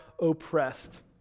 oppressed